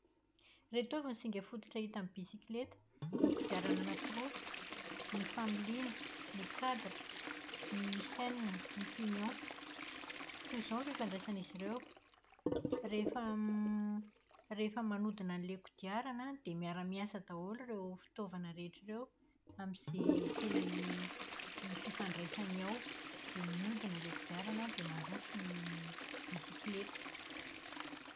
Ireto avy ny singa fototra hita amin'ny bisikileta. Ny kodiarana ankiroa, ny familiana ,ny cadre, ny chaîne, ny pignon. Toy izao ny fifandraisan'izy ireo. Rehefa rehefa manodina an'ilay kodiarana dia miara-miasa daholo ireo fitaovana rehetra ireo amin'izay tena fifandraisany ao, dia mihodina ilay kodiarana dia mandroso ny bisikileta.